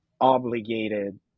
obligated